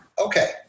Okay